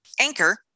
Anchor